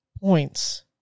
points